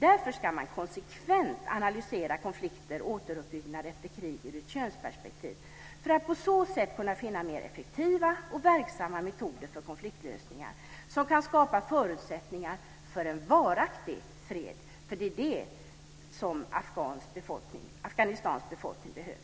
Därför ska man konsekvent analysera konflikter och återuppbyggnaden efter krig ur ett könsperspektiv för att på så sätt kunna finna mer effektiva och verksamma metoder för konfliktlösningar som kan skapa förutsättningar för en varaktig fred. Det är vad Afghanistans befolkning behöver.